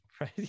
Right